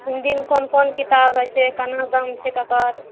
हिन्दीमे कोन कोन किताब होइ छै कोना दाम छै ककर